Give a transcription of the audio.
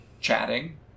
chatting